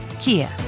Kia